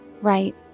Right